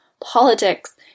politics